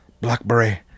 blackberry